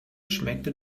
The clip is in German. schmeckte